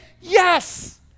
Yes